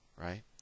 right